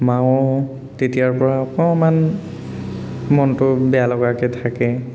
মাও তেতিয়াৰ পৰা অকণমান মনটো বেয়া লগাকে থাকে